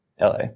LA